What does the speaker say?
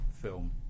film